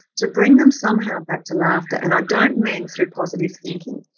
to bring them somehow back to laughter and i don't mean through positive thinking,